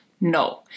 No